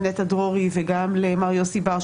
לעורכת הדין נטע דרורי וגם למר יוסי בר,